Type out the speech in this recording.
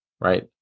right